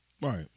Right